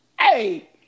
Hey